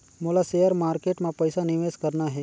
मोला share market मां पइसा निवेश करना हे?